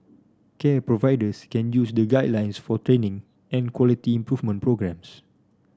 care providers can use the guidelines for training and quality improvement programmes